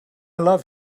love